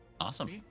Awesome